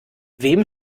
wem